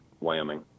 Wyoming